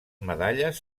medalles